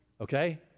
Okay